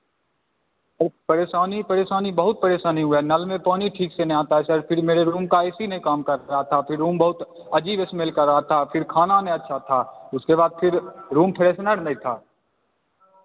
sir परेशानी परेशानी बहुत परेशानी हुआ है नल में पानी ठीक से नहीं आता है सर फिर मेरे रूम का एसी नहीं काम करता था फिर रूम बहुत अजीब ही स्मेल कर रहा था फिर खाना नहीं अच्छा था उसके बाद फिर रूम फ्रेसनर नहीं था